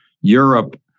Europe